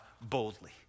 boldly